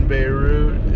Beirut